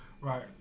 Right